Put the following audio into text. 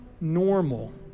normal